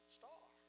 star